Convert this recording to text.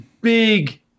Big